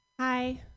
Hi